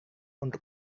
untuk